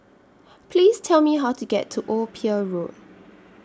Please Tell Me How to get to Old Pier Road